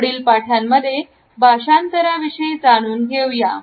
पुढील पाठांमध्ये भाषांतर विषयी जाणून घेऊया